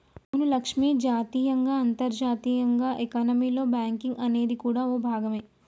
అవును లక్ష్మి జాతీయంగా అంతర్జాతీయంగా ఎకానమీలో బేంకింగ్ అనేది కూడా ఓ భాగమే